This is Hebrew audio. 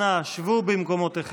אנא, שבו במקומותיכם.